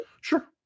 sure